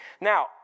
Now